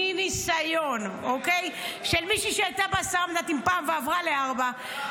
מניסיון של מישהי שהייתה בעשרה מנדטים פעם ועברה לארבעה,